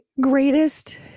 greatest